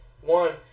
One